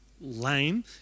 lame